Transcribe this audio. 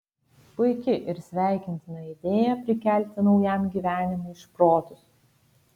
puiki ir sveikintina idėja prikelti naujam gyvenimui šprotus